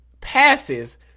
passes